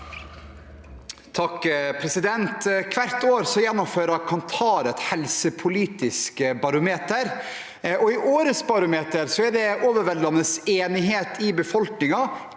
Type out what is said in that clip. (H) Hvert år gjen- nomfører Kantar et helsepolitisk barometer, og i årets barometer er det overveldende enighet i befolkningen,